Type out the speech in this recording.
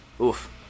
Oof